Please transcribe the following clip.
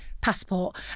passport